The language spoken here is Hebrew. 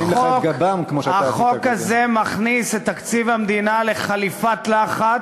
החוק הזה מכניס את תקציב המדינה לחליפת לחץ,